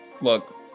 Look